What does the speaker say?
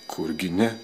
kurgi ne